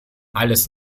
alles